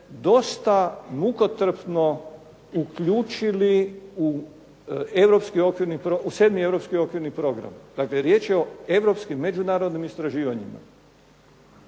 dosta mukotrpno uključili u 7. europski okvirni program, dakle riječ je o europskim međunarodnim istraživanjima.